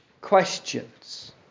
questions